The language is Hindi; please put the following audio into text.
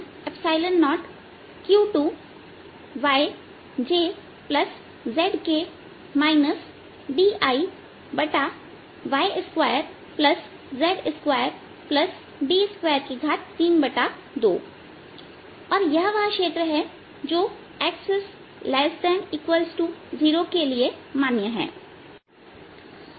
140q2y jz k d iy2z2d232 और यह वह क्षेत्र है जो x0 भाग के लिए मान्य है